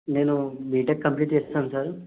నేను BTech complete చేసేసాను sir